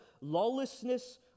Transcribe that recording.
lawlessness